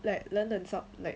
like 冷冷 sort like